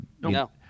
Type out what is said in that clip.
no